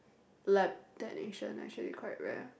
lab technician actually quite rare